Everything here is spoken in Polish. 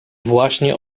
właśnie